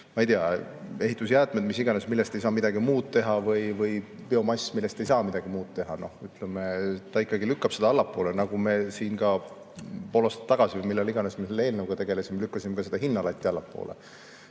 Ma ei tea, ehitusjäätmed, mis iganes, millest ei saa midagi muud teha, või biomass, millest ei saa midagi muud teha, ta ikkagi lükkab seda allapoole. Nagu me siin ka pool aastat tagasi või millal iganes me selle eelnõuga tegelesime, lükkasime seda hinnalatti allapoole.